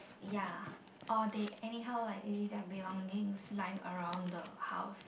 ya or they anyhow like leave their belongings lying around the house